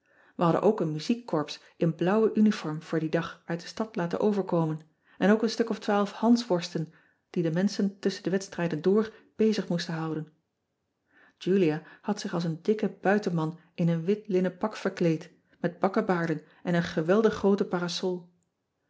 e hadden ook een muziekcorps in blauwe uniform voor dien dag uit de stad laten overkomen en ook een stuk of twaalf hansworsten die de menschen tusschen de wedstrijden door bezig moesten houden ulia had zich als een dikken buitenman in een wit linnen pak verkleed met bakkebaarden en een geweldig groote parasol